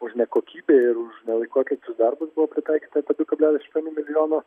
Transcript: už nekokybę ir už ne laiku atliktus darbus buvo pritaikyta apie du kablelis aštuoni milijono